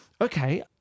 Okay